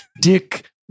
dick